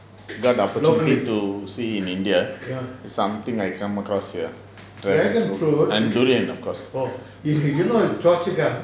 got the opportunity to see in india is something I come across here and durian of course